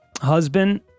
husband